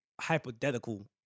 hypothetical